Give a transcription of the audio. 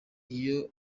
iyo